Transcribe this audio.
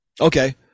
Okay